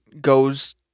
goes